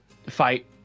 Fight